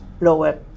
lower